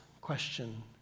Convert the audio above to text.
question